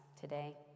today